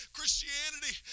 Christianity